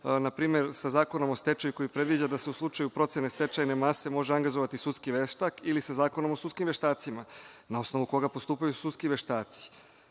npr. sa Zakonom o stečaju koji predviđa da se u slučaju procene stečajne mase može angažovati sudski veštak ili sa Zakonom o sudskim veštacima, na osnovu koga postupaju sudski veštaci.